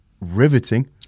riveting